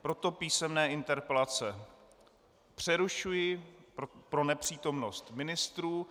Proto písemné interpelace přerušuji pro nepřítomnost ministrů.